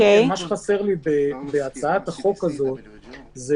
קיבלנו מהנהלת בתי המשפט נתונים ממש